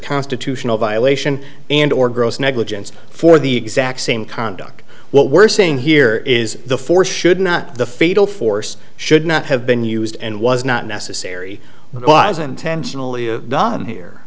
constitutional violation and or gross negligence for the exact same conduct what we're saying here is the force should not the fatal force should not have been used and was not necessary and wasn't intentionally done here